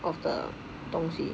of the 东西